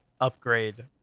upgrade